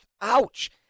Ouch